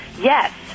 yes